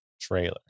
trailer